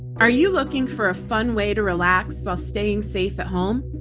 are you looking for a fun way to relax while staying safe at home?